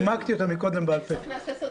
חברי הכנסת,